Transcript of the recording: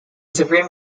supreme